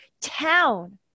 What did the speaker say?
town